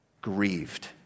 grieved